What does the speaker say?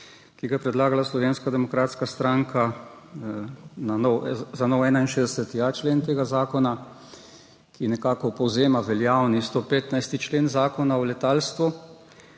ki ga je predlagala Slovenska demokratska stranka za nov 61.a člen tega zakona, ki nekako povzema veljavni 115. člen Zakona o letalstvu,